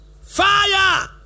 Fire